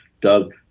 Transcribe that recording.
Doug